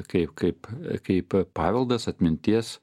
kaip kaip kaip paveldas atminties